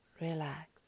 Relax